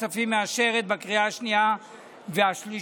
הכספים מאשרת בקריאה השנייה והשלישית.